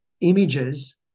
images